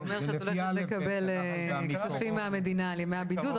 זה אומר שאת הולכת לקבל כספים מהמדינה על ימי הבידוד,